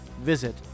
Visit